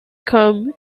come